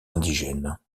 indigènes